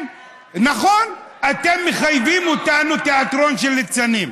נכון, אתם מחייבים אותנו לתיאטרון של ליצנים.